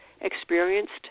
experienced